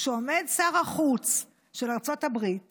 שעומד שר החוץ של ארצות הברית